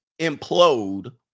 implode